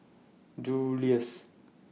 Julie's